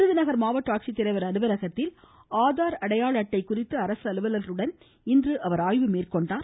விருதுநகர் மாவட்ட ஆட்சித்தலைவர் அலுவலகத்தில் ஆதார் அடையாள அட்டை குறித்து அரசு அலுவலர்களுடன் அவர் இன்று ஆய்வு மேற்கொண்டார்